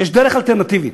דרך אלטרנטיבית.